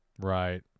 Right